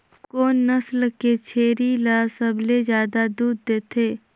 कोन नस्ल के छेरी ल सबले ज्यादा दूध देथे?